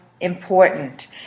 important